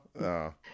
no